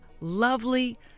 lovely